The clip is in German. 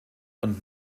und